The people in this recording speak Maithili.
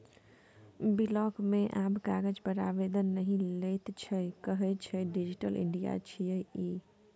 बिलॉक मे आब कागज पर आवेदन नहि लैत छै कहय छै डिजिटल इंडिया छियै ई